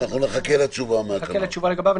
נחכה לתשובה לגביו.